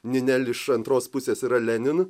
ninel iš antros pusės yra lenin